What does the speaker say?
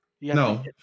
No